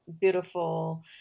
beautiful